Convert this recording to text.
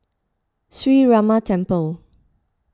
Sree Ramar Temple